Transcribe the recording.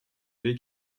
allée